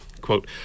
quote